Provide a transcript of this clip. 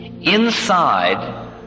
inside